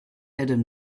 adam